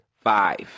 five